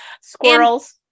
squirrels